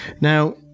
now